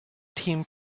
team